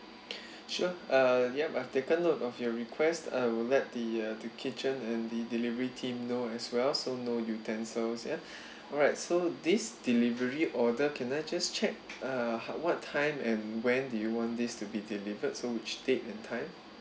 sure uh yup I've taken note of your request I would let the uh the kitchen and the delivery team know as well so no utensils ya alright so this delivery order can I just check uh what time and when do you want this to be delivered so which date and time